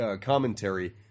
commentary